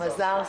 מזרסקי.